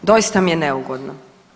Doista mi je neugodno.